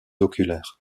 oculaires